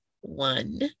one